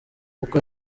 uko